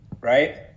Right